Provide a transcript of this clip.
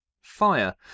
Fire